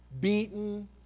beaten